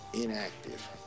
inactive